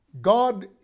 God